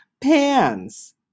pants